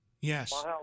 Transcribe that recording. yes